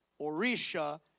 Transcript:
orisha